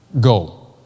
Go